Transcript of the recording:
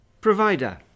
provider